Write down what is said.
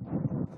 כבוד